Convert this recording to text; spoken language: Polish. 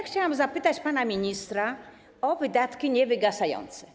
Chciałam zapytać pana ministra o wydatki niewygasające.